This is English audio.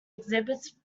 exhibits